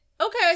Okay